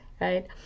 right